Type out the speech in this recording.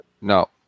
No